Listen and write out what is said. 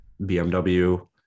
BMW